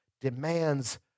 demands